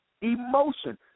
Emotion